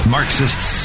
Marxists